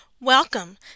Welcome